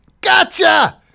Gotcha